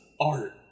art